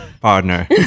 partner